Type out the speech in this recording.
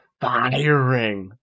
firing